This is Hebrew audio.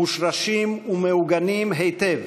מושרשים ומעוגנים היטב